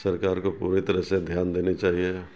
سرکار کو پوری طرح سے دھیان دینی چاہیے